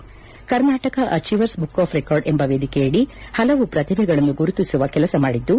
ಇವರು Karnataka achievers book of record ಎಂಬ ವೇದಿಕೆಯಡಿ ಹಲವು ಪ್ರತಿಭೆಗಳನ್ನು ಗುರುತಿಸುವ ಕೆಲಸ ಮಾಡಿದ್ದು